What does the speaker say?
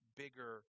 bigger